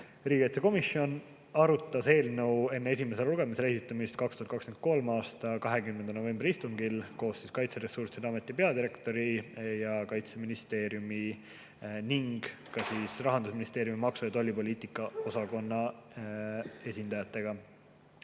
Riigikaitsekomisjon arutas eelnõu enne esimesele lugemisele esitamist 2023. aasta 20. novembri istungil koos Kaitseressursside Ameti peadirektori, Kaitseministeeriumi ning Rahandusministeeriumi maksu- ja tollipoliitika osakonna esindajatega.